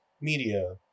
media